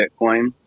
Bitcoin